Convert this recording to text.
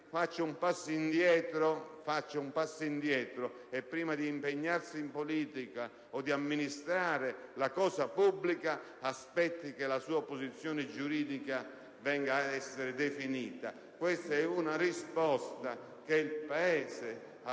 faccia un passo indietro e, prima di impegnarsi in politica o di amministrare la cosa pubblica, aspetti che la sua posizione giuridica venga definita. Questa è una risposta che il Paese ha